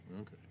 Okay